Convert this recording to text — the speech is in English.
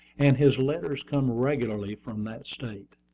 and his letters come regularly from that state.